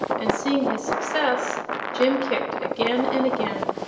and seeing his success jim kicked again and again,